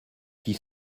qui